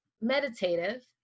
meditative